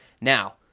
Now